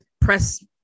Press